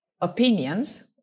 opinions